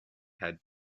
had